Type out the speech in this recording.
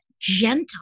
gentle